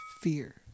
fear